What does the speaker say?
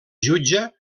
jutge